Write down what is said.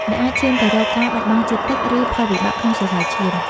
ដែលអាចឈានទៅរកការបាត់បង់ជាតិទឹក ឬផលវិបាកក្នុងសរសៃឈាម។